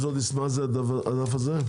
מה זה הדף הזה?